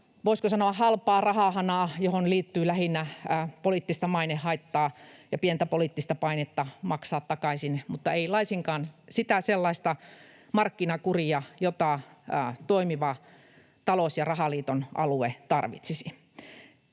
voisiko sanoa, halpaa rahahanaa, johon liittyy lähinnä poliittista mainehaittaa ja pientä poliittista painetta maksaa takaisin mutta ei laisinkaan sitä sellaista markkinakuria, jota toimiva talous- ja rahaliiton alue tarvitsisi.